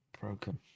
broken